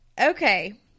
Okay